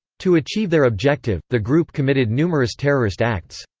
to achieve their objective, the group committed numerous terrorist acts.